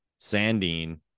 Sandine